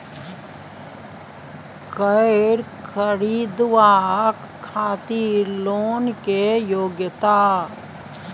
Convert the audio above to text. कैर खरीदवाक खातिर लोन के योग्यता?